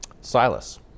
Silas